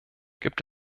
gibt